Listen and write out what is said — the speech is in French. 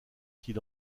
qu’il